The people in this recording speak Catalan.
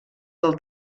del